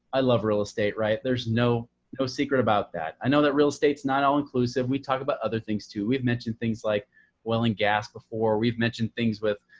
i love real estate, right? there's no no secret about that. i know that real estate is not all inclusive. we talk about other things too. we've mentioned things like oil and gas before. we've mentioned things with,